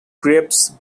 grapes